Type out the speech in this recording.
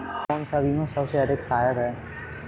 कौन सा बीमा सबसे अधिक सहायक है?